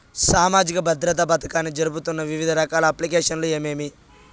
సామాజిక భద్రత పథకాన్ని జరుపుతున్న వివిధ రకాల అప్లికేషన్లు ఏమేమి?